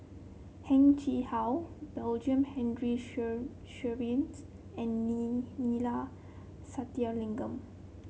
Heng Chee How Benjamin Henry Sheares and Neila Sathyalingam